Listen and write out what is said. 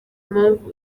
mpamvu